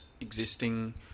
existing